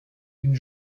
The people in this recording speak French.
une